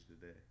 today